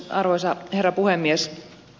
arvoisa herra puhemies